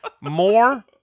more